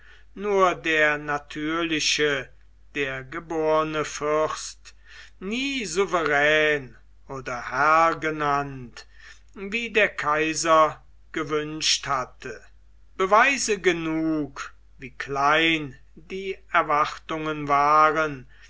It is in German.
nur der natürliche der geborne fürst nicht souverän oder herr genannt wie der kaiser gewünscht hatte beweise genug wie klein die erwartungen waren